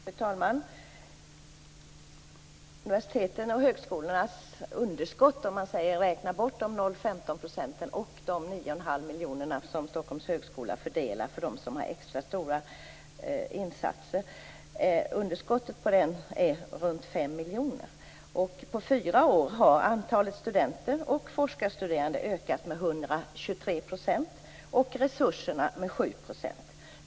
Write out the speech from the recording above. Fru talman! Universitetens och högskolornas underskott är runt 5 miljoner om man räknar bort de 0,15 % och de 9 1⁄2 miljoner som Stockholms universitet fördelar till dem som skall göra extra stora insatser.